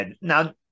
now